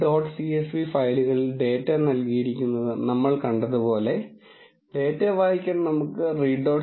csv ഫയലുകളിൽ data നൽകിയിരിക്കുന്നത് നമ്മൾ കണ്ടതുപോലെ ഡാറ്റ വായിക്കാൻ നമുക്ക് read